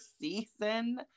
season